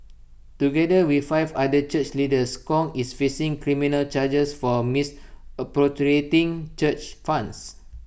together with five other church leaders Kong is facing criminal charges for A misappropriating church funds